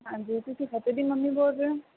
ਹਾਂਜੀ ਤੁਸੀਂ ਫਤਿਹ ਦੀ ਮੰਮੀ ਬੋਲ ਰਹੇ ਹੋ